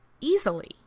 easily